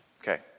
okay